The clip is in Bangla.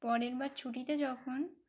পরের বার ছুটিতে যখন